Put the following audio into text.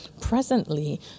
presently